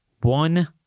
One